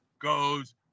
goes